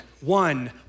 One